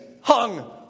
hung